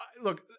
Look